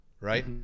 right